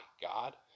God